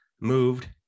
moved